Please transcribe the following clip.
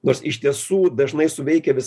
nors iš tiesų dažnai suveikia vis